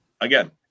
again